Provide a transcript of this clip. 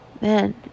man